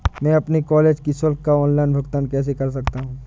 मैं अपने कॉलेज की शुल्क का ऑनलाइन भुगतान कैसे कर सकता हूँ?